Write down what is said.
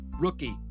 Rookie